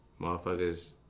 motherfuckers